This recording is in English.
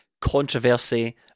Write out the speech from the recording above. controversy